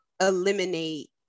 eliminate